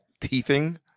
teething